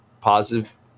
positive